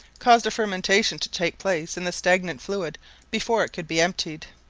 caused a fermentation to take place in the stagnant fluid before it could be emptied